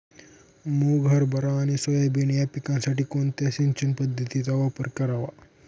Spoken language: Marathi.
मुग, हरभरा आणि सोयाबीन या पिकासाठी कोणत्या सिंचन पद्धतीचा वापर करावा?